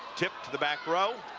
tip to the back row.